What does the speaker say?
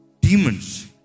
demons